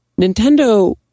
Nintendo